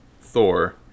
Thor